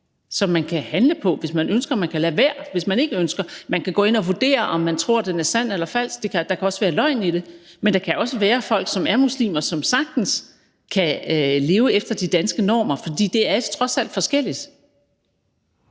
være med at handle på, hvis man ikke ønsker at gøre det. Man kan gå ind og vurdere, om man tror, den er sand eller falsk, for der kan også være løgn i det. Men der kan også være folk, som er muslimer, og som sagtens kan leve efter de danske normer, for det er trods alt forskelligt.